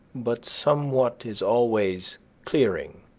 but somewhat is always clearing,